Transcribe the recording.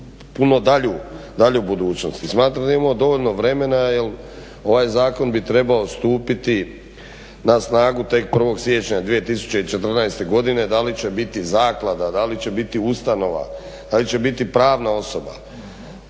puno dalju budućnost. I smatram da imamo dovoljno vremena jer ovaj zakon bi trebao stupiti na snagu tek 1. siječnja 2014. godine. Da li će biti zaklada, da li će biti ustanova, da li će biti pravna osoba.